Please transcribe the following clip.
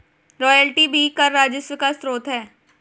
royalty भी कर राजस्व का स्रोत है